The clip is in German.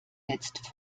jetzt